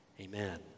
Amen